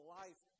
life